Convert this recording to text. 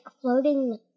floating